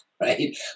right